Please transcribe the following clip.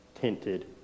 tinted